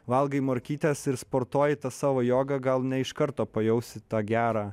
valgai morkytes ir sportuoji tą savo jogą gal ne iš karto pajausi tą gerą